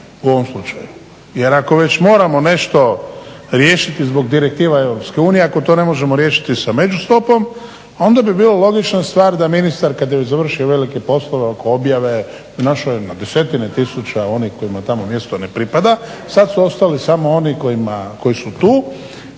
u ovom slučaju. Jer ako već moramo nešto riješiti zbog direktiva EU, ako to ne možemo riješiti sa među stopom, onda bi bila logična stvar da ministar kad je već završio velike poslove oko objave, našao je na desetina tisuća onih kojima tamo mjesto ne pripada, sad su ostali samo oni koji su tu.